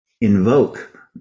invoke